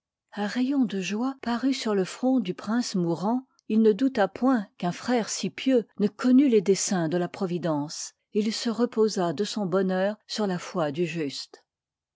un rayon de joie parut sur le front du prince mourant il ne douta point qu'un frère si pieux ne connût les desseins de la providence et il se reposa de son bonheur sur la foi du juste